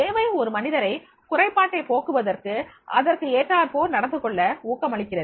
தேவை ஒரு மனிதரை குறைபாட்டை போக்குவதற்கு அதற்கு ஏற்றார்போல் நடந்துகொள்ள ஊக்கமளிக்கிறது